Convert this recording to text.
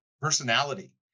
personality